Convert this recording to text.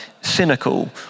cynical